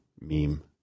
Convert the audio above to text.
meme